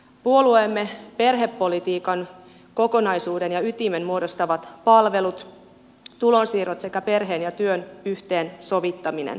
puolueemme perhepolitiikan kokonaisuuden ja ytimen muodostavat palvelut tulonsiirrot sekä perheen ja työn yhteensovittaminen